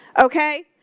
Okay